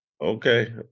Okay